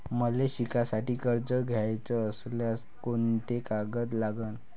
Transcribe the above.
मले शिकासाठी कर्ज घ्याचं असल्यास कोंते कागद लागन?